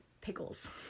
pickles